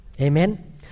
Amen